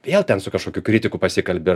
vėl ten su kažkokiu kritiku pasikalbi